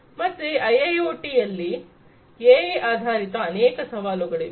ಮತ್ತೆ ಐಐಒಟಿ ಯಲ್ಲಿ ಎಐ ಆಧಾರಿತ ಅನೇಕ ಸವಾಲುಗಳಿವೆ